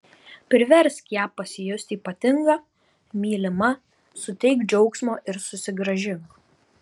priversk ją pasijusti ypatinga mylima suteik džiaugsmo ir susigrąžink